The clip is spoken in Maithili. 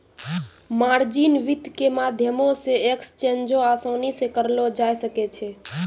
मार्जिन वित्त के माध्यमो से एक्सचेंजो असानी से करलो जाय सकै छै